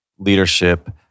leadership